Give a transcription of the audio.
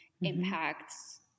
impacts